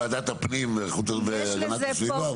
זה קשור לוועדת הפנים והגנת הסביבה,